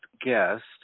guest